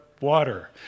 water